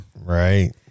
right